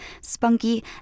spunky